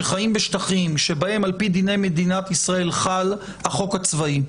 שחיים בשטחים שבהם על פי מדינת ישראל חל החוק הצבאי,